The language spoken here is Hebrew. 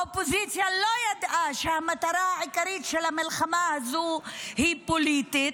האופוזיציה לא ידעה שהמטרה העיקרית של המלחמה הזאת היא פוליטית,